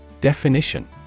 Definition